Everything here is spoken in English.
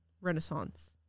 renaissance